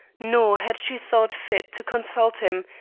nor had she thought fit to consult him,